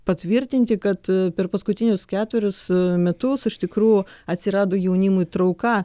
patvirtinti kad per paskutinius ketverius metus iš tikrųjų atsirado jaunimui trauka